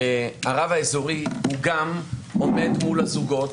הרב האזורי גם עומד מול הזוגות,